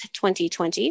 2020